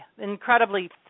incredibly